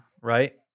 right